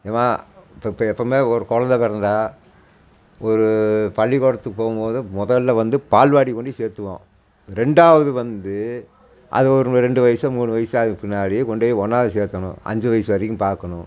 ஏம்மா இப்போப்ப எப்போவுமே ஒரு குழந்த பிறந்தா ஒரு பள்ளிக்கூடத்துக்கு போகும் போது முதல்ல வந்து பால்வாடி கொண்டு சேர்த்துவோம் ரெண்டாவது வந்து அதை ஒரு ரெண்டு வயசோ மூணு வயசோ ஆகிறக்கு பின்னாடி கொண்டு போய் ஒன்றாவது சேர்க்கணும் அஞ்சு வயசு வரைக்கும் பார்க்கணும்